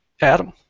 Adam